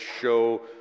show